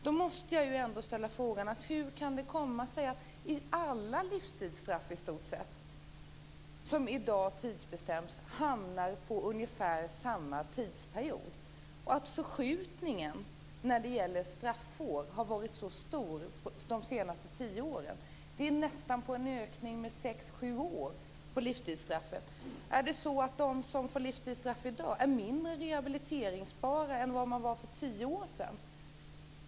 Då måste jag ändå ställa frågan: Hur kan det komma sig att i stort sett alla livstidsstraff som i dag tidsbestäms hamnar på ungefär samma tidsperiod och att förskjutningen när det gäller straffår har varit så stor under de senaste tio åren? Det har skett en ökning med sex sju år av livstidsstraffet. Är de som får livstidsstraff i dag mindre rehabiliteringsbara än de som fick det för tio år sedan?